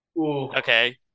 Okay